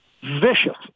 vicious